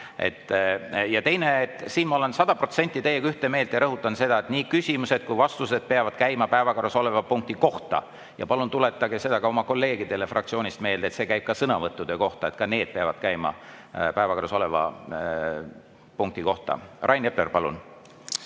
Ja teine, siin ma olen sada protsenti teiega ühte meelt ja rõhutan seda, et nii küsimused kui ka vastused peavad käima päevakorras oleva punkti kohta. Palun tuletage seda ka oma kolleegidele fraktsioonist meelde, et see käib ka sõnavõttude kohta: ka need peavad käima päevakorras oleva punkti kohta. Rain Epler, palun!